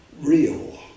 real